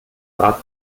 bad